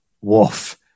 woof